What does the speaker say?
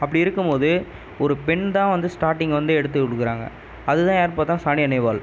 அப்படி இருக்கும் போது ஒரு பெண் தான் வந்து ஸ்டாட்டிங் வந்து எடுத்து கொடுக்குறாங்க அது தான் யார்னு பார்த்தா சானியா நேவால்